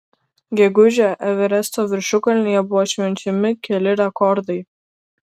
gegužę everesto viršukalnėje buvo švenčiami keli rekordai